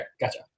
gotcha